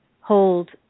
hold